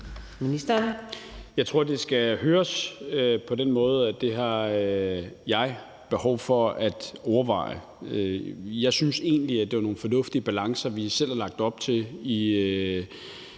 Jeg tror, det skal høres på den måde, at det har jeg behov for at overveje. Jeg synes egentlig, at det er nogle fornuftige balancer, vi selv har lagt op til i